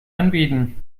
anbieten